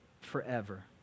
forever